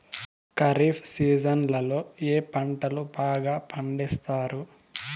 ఖరీఫ్ సీజన్లలో ఏ పంటలు బాగా పండిస్తారు